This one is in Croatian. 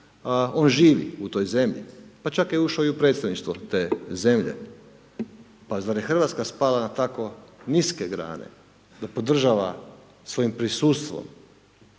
on živi u toj zemlji, pa čak je ušao i u predsjedništvo te zemlje. Zar je Hrvatska spala na tako niske grane da podržava svojim prisustvom,